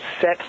set